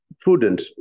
prudent